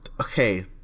okay